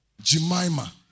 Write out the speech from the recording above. Jemima